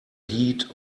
heat